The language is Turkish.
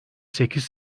sekiz